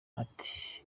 ati